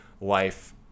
life